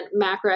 macroeconomic